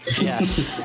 Yes